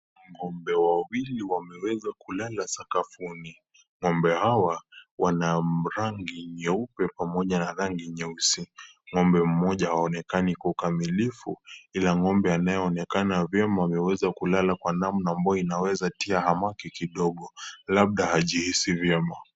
Ngombe wawili wameweza kulala sakafuni, ngombe hawa, wana rangi nyeupe pamoja na nyeusi, ngombe mmoja haonekani kwa ukamilifu, ila ngombe anayeonekana vema wameweza kulala kwa namna ambayo inaweza kutia hamaki kidogo, labda hajihisi vyema.